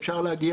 לגבי